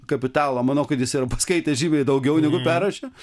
kapitalo manau kad jis yra paskaitęs žymiai daugiau negu perrašė